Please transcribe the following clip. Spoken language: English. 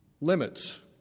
limits